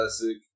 classic